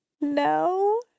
No